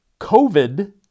COVID